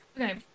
okay